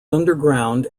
underground